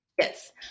Yes